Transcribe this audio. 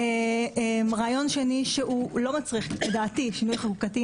והרעיון השני שלא מצריך שינוי חקיקתי,